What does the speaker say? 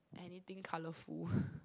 anything colourful